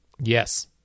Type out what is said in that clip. Yes